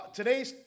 today's